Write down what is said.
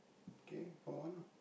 K go on